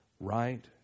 right